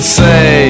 say